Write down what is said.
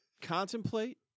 contemplate